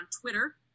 Twitter